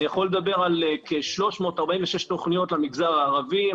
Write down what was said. אני יכול לדבר על כ-346 תוכניות למגזר הערבי,